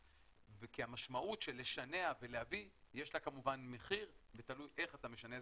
כי המשמעות של לשנע ולהביא יש לה כמובן מחיר ותלוי איך אתה משנע.